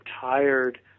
tired